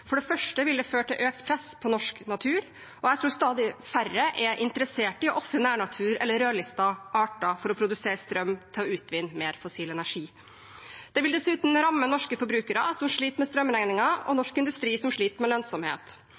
For det første ville det ført til press på norsk natur, og jeg tror stadig færre er interessert i å ofre nærnatur eller rødlistede arter for å produsere strøm til å utvinne mer fossil energi. Det vil dessuten ramme norske forbrukere som sliter med strømregninger, og norsk industri som sliter med lønnsomhet.